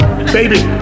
Baby